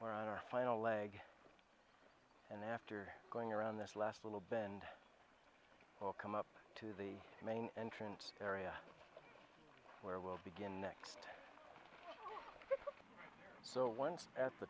we're on our final leg and after going around this last little bend come up to the main entrance area where we'll begin next so once at the